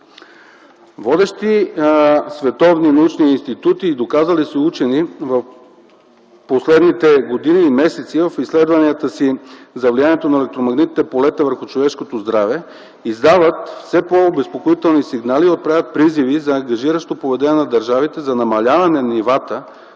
Водещи световни научни институти и доказали се учени през последните години и месеци в изследванията си за влиянието на електромагнитните полета върху човешкото здраве издават все по-обезпокоителни сигнали и отправят призиви за ангажиращо поведение на държавите за намаляване на нивата